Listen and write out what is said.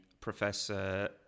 Professor